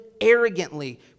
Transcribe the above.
arrogantly